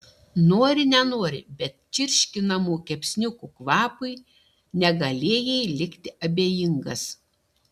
nori nenori bet čirškinamų kepsniukų kvapui negalėjai likti abejingas